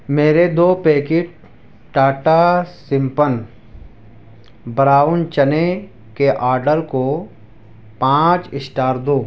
میرے دو packet Tata Sampann brown چنے کے آڈر کو پانچ اسٹار دو